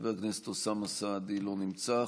חבר הכנסת אוסאמה סעדי, לא נמצא.